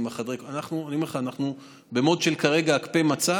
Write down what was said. אני אומר לך שאנחנו כרגע ב-mode של הקפא מצב,